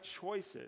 choices